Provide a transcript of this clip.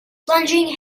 plunging